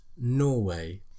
Norway